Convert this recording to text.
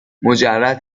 مجرد